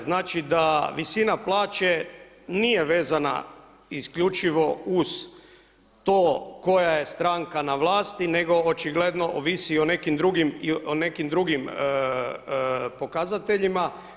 Znači da visina plaće nije vezana isključivo uz to koja je stranka na vlasti nego očigledno ovisi i o nekim drugim pokazateljima.